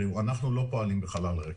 אנחנו לא פועלים בחלל ריק.